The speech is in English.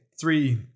Three